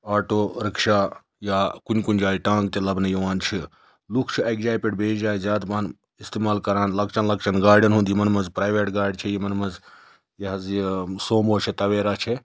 auto rickshaw یا کُنہِ کُنہِ جایہِ ٹانٛگہٕ تہِ لَبنہٕ یِوان چھِ لُکھ چھِ اَکہِ جایہِ پٮ۪ٹھ بیٚیہِ جایہِ زیادٕ پَہَن استعمال کَران لَکچَن لَکچَن گاڑٮ۪ن ہُنٛد یِمَن منٛز پرٛایویٹ گاڑِ چھِ یِمَن منٛز یہِ حظ یہِ سوموٗ چھِ تَویرا چھِ